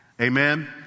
Amen